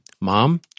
Mom